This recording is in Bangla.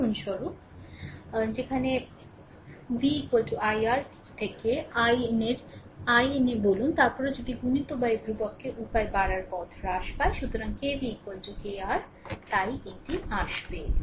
উদাহরণস্বরূপ যেখানে v i R কে i নের i নে বলুন তারপরে যদি গুণিত ধ্রুবক কে উপায় বাড়ার পথ হ্রাস পায় সুতরাং KV KR তাই এটি আসবে